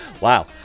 Wow